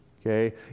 Okay